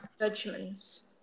judgments